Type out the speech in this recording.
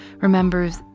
remembers